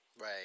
Right